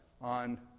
on